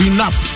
Enough